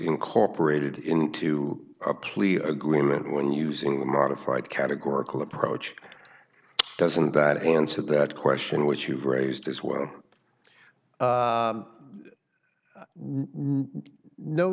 incorporated into a plea agreement when using the modified categorical approach doesn't that answer that question which you've raised as well